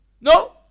No